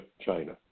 China